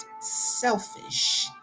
selfish